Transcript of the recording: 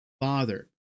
father